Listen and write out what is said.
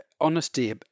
honesty